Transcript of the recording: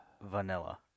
vanilla